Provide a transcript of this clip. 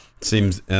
seems